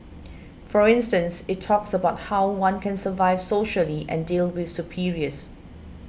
for instance it talks about how one can survive socially and deal with superiors